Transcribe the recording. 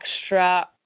extra